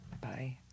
Bye